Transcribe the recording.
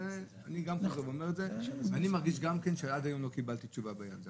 אני מרגיש שעד היום לא קיבלתי תשובה בעניין הזה.